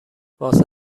واسه